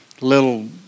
little